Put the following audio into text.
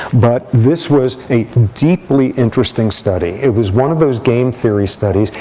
but this was a deeply interesting study. it was one of those game theory studies.